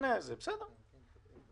אם